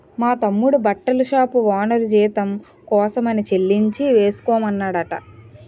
మా తమ్ముడి బట్టల షాపు ఓనరు జీతం కోసమని చెక్కిచ్చి ఏసుకోమన్నాడట